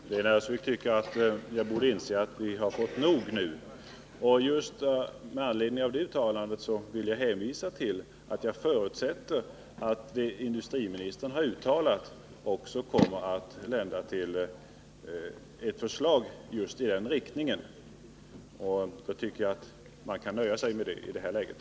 Fru talman! Lena Öhrsvik tycker att jag borde inse att vi har fått nog. Jag vill då hänvisa till att jag förutsätter att det industriministern har uttalat också kommer att lända till ett förslag just i den riktningen. Jag tycker att man kan nöja sig med det i det här läget.